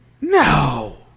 no